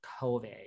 COVID